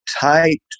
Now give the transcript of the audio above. tight